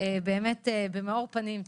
באמת במאור פנים,